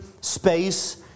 space